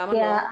למה לא?